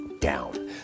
down